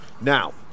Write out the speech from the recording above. Now